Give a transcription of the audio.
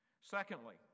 Secondly